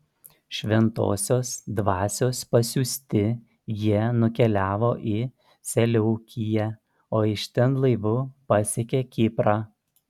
šventosios dvasios pasiųsti jie nukeliavo į seleukiją o iš ten laivu pasiekė kiprą